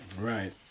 Right